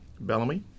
Bellamy